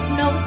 no